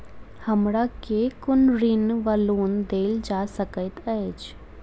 हमरा केँ कुन ऋण वा लोन देल जा सकैत अछि?